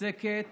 עוסקת